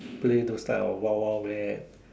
play those type of wild Wild wet